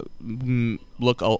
look